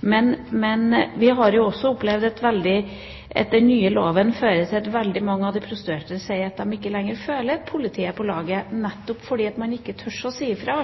Men vi har også opplevd at den nye loven fører til at veldig mange av de prostituerte sier at de ikke lenger føler at de har politiet med på laget, nettopp fordi man ikke alltid tør å si fra,